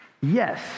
Yes